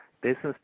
business